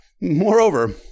Moreover